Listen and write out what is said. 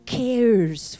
cares